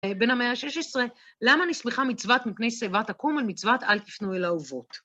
בין המאה ה-16, למה נסמיכה מצוות מפני שיבה תקום על מצוות אל תפנו אל האהובות?